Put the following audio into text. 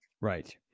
right